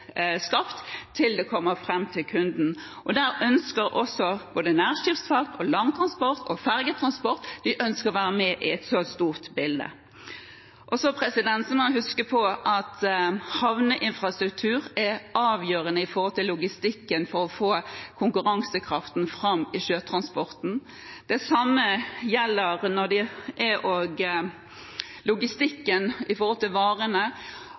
skapt til det kommer fram til kunden. Både nærskipsfart, langtransport og fergetransport ønsker å være med i et så stort bilde. En må huske at havneinfrastruktur er avgjørende for logistikken for å få konkurransekraften fram i sjøtransporten. Det samme gjelder logistikken for varene. Jeg har fått tilbakemelding fra Rederiforbundet om at en stor del av kostnadene er knyttet opp mot effektiviteten ved havner, og